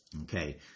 Okay